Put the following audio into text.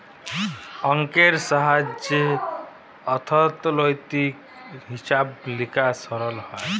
অংকের সাহায্যে অথ্থলৈতিক হিছাব লিকাস সরল হ্যয়